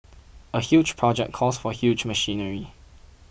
a huge project calls for huge machinery